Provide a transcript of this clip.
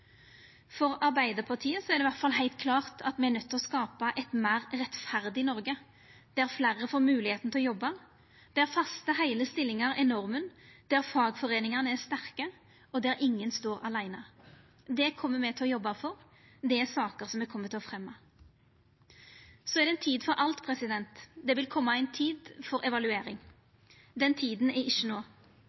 For Arbeidarpartiet er det i alle fall heilt klart at me er nøydde til å skapa eit meir rettferdig Noreg, der fleire får moglegheita til å jobba, der faste, heile stillingar er norma, der fagforeiningane er sterke, og der ingen står aleine. Det kjem me til å jobba for – det er saker som me kjem til å fremja. Det er ei tid for alt. Det vil koma ei tid for evaluering. Den tida er ikkje